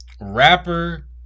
rapper